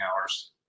hours